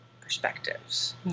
perspectives